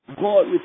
God